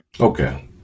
Okay